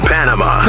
Panama